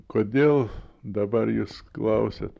kodėl dabar jūs klausiat